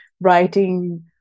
writing